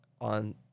on